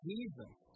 Jesus